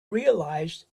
realized